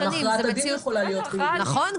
גם הכרעת הדין יכולה להיות -- נכון,